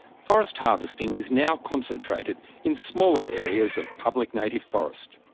forest harvesting is now concentrated in smaller areas of public native forest.